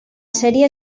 sèrie